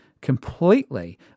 Completely